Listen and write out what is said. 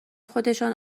خودشان